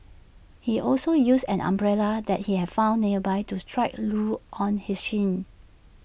he also used an umbrella that he had found nearby to strike Loo on his shin